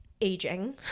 aging